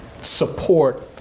support